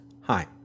Hi